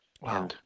Wow